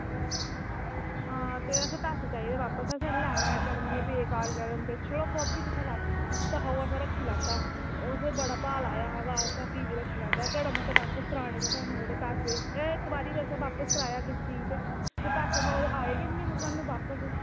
ते असें पैसे बापस चाहिदे असें कड़म निं लैनां ऐ ते बेकार कड़म न तुसें गोभी दित्ता हा ओह् असें रक्खी लैता ओह्दा बी बड़ा भाव लाया हा ते असें ओह् भी बी रक्खी लैता एह् इक्क बारी बी असें बापस कराया कोई चीज़ ते पैसे आये गै निं हे सानूं बापस